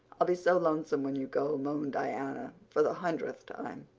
i'll be so lonesome when you go, moaned diana for the hundredth time.